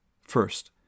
First